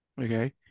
Okay